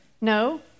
No